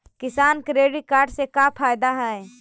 किसान credit card से का फायदा है?